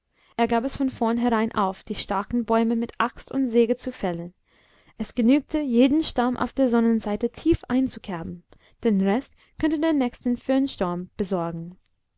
er gab es von vornherein auf die starken bäume mit axt und säge zu fällen es genügte jeden stamm auf der sonnenseite tief einzukerben den rest konnte der nächste föhnsturm besorgen